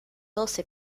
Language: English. also